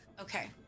okay